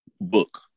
book